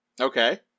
Okay